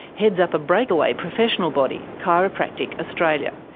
heads up a breakaway professional body, chiropractic australia.